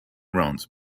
rounds